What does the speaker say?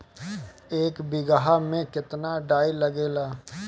एक बिगहा में केतना डाई लागेला?